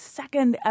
second